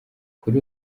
kuri